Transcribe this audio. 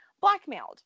blackmailed